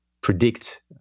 predict